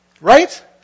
Right